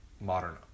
modern